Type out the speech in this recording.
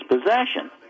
possession